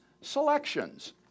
Selections